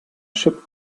ship